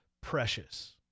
precious